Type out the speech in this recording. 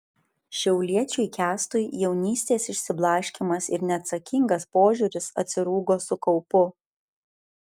šiauliečiui kęstui jaunystės išsiblaškymas ir neatsakingas požiūris atsirūgo su kaupu